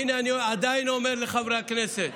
הינה, אני עדיין אומר לחברי הכנסת,